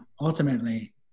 ultimately